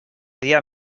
dia